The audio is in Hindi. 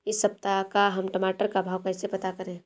इस सप्ताह का हम टमाटर का भाव कैसे पता करें?